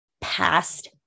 past